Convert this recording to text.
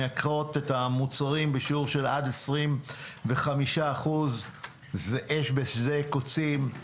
מייקרים את המוצרים בשיעור של עד 25%. זה אש בשדה קוצים.